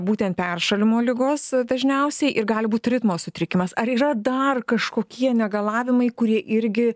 būtent peršalimo ligos dažniausiai ir gali būt ritmo sutrikimas ar yra dar kažkokie negalavimai kurie irgi